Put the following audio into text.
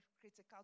critical